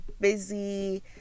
busy